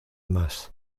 más